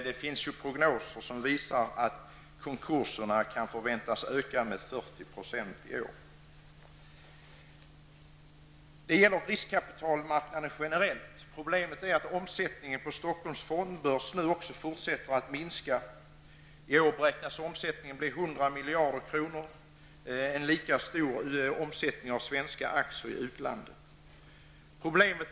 Det finns prognoser som visar att konkurserna kan förväntas öka med 40 % i år. Detta gäller riskkapitalmarknaden generellt. Problemet är att omsättningen på Stockholms fondbörs nu också fortsätter att minska. I år beräknas omsättningen bli 100 miljarder kronor i Sverige, och det beräknas bli en lika stor omsättning av svenska aktier i utlandet.